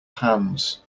hands